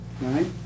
Right